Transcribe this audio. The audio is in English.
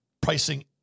pricing